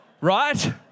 right